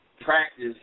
practice